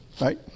right